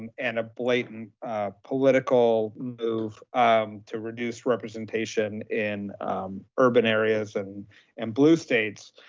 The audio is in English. and and a blatant political move um to reduce representation in urban areas and and blue states.